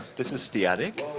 this is the attic.